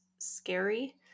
scary